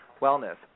Wellness